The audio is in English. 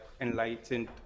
enlightened